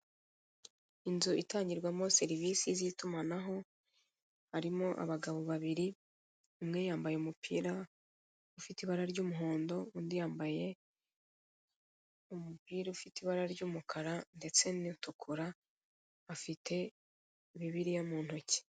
Inzu itangirwamo serivisi z'itumanaho, harimo abagabo babiri umwe yambaye umupira ufite ibara ry'umuhondo, undi yambaye umupira ufite ry'umukara ndetse n'utukura afite bibiliya mu ntoki.